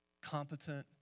competent